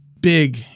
big